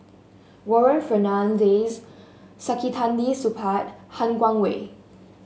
Warren Fernandez Saktiandi Supaat Han Guangwei